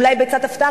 אולי ביצת הפתעה.